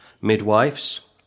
midwives